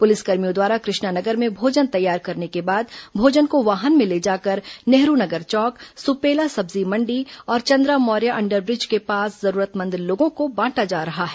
पुलिसकर्मियों द्वारा कृष्णा नगर में भोजन तैयार करने के बाद भोजन को वाहन में ले जाकर नेहरू नगर चौक सुपेला सब्जी मंडी और चंद्रा मौर्या अंडरब्रिज के पास जरूरतमंद लोगों को बांटा जा रहा है